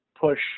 push